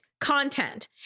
content